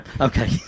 Okay